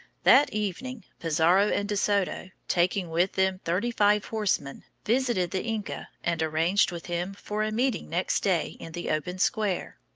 that evening, pizarro and de soto, taking with them thirty-five horsemen, visited the inca and arranged with him for a meeting next day in the open square.